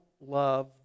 love